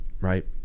right